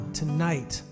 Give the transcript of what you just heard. tonight